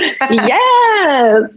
Yes